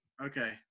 Okay